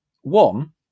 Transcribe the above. One